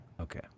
Okay